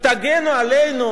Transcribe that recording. זה מצב נורמלי?